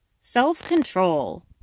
Self-control